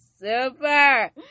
Super